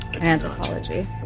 Anthropology